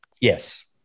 Yes